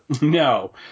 No